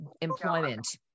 employment